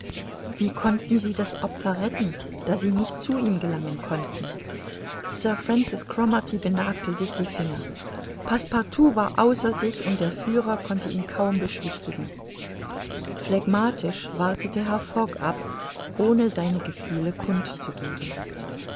wie konnten sie das opfer retten da sie nicht zu ihm gelangen konnten sir francis cromarty benagte sich die finger passepartout war außer sich und der führer konnte ihn kaum beschwichtigen phlegmatisch wartete herr fogg ab ohne seine gefühle kund